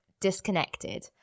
Disconnected